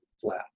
flat